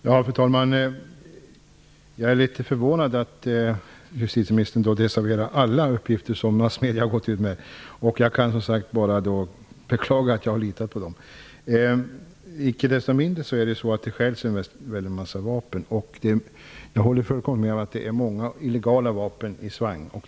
Fru talman! Jag är litet förvånad över att justitieministern desavouerar alla uppgifter som massmedierna har gått ut med. Jag kan som sagt bara beklaga att jag har litat på dem. Icke desto mindre stjäls det en hel del vapen. Jag håller med om att det är många illegala vapen i svang.